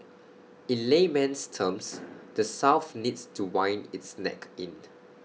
in layman's terms the south needs to wind its neck in